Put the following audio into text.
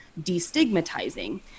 destigmatizing